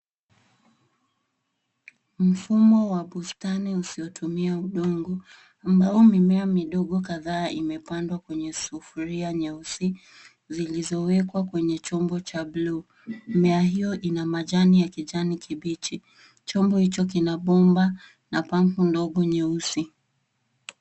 Mfumo wa bustani usiotumia udongo, ambao mimea midogo kadhaa imepandwa kwenye sufuria nyeusi, zilizowekwa kwenye chombo cha buluu. Mimea hiyo ina majani ya kijani kibichi. Chombo hicho kina bomba na pampu ndogo nyeusi.